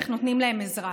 איך נותנים להם עזרה,